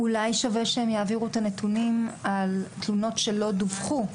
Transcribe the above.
אולי שווה שהם יעבירו את הנתונים על תלונות שלא דווחו?